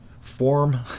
form